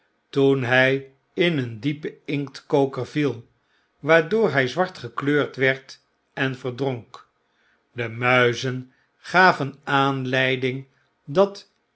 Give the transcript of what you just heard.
toen hij in een diepen inktkoker viel waardoor hy zwart gekleurd werd en verdronk de muizen gaven aanleiding dat